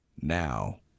now